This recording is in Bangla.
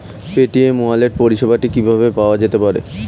পেটিএম ই ওয়ালেট পরিষেবাটি কিভাবে পাওয়া যেতে পারে?